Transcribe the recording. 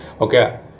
Okay